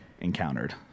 encountered